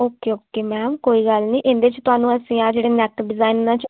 okay okay ma'am ਕੋਈ ਗੱਲ ਨਹੀਂ ਇਹਦੇ 'ਚ ਤੁਹਾਨੂੰ ਅਸੀਂ ਆ ਜਿਹੜੇ ਨੈਟ ਡਿਜ਼ਾਇਨ ਇਹਨਾਂ 'ਚ